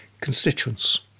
constituents